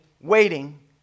waiting